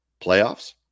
Playoffs